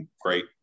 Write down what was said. great